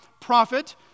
prophet